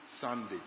Sunday